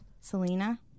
Selena